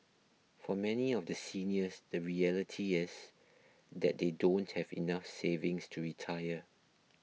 for many of the seniors the reality is that they don't have enough savings to retire